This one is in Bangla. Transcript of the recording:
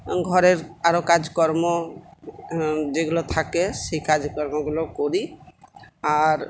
ঘরের আরও কাজকর্ম যেগুলো থাকে সেই কাজকর্মগুলো করি আর